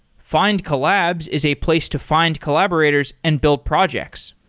findcollabs is a place to find collaborators and build projects.